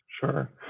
Sure